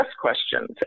questions